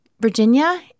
Virginia